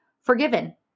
forgiven